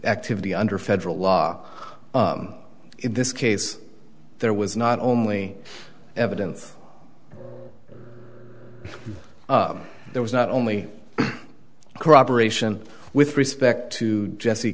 activity under federal law in this case there was not only evidence there was not only corroboration with respect to jesse